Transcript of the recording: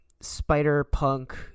spider-punk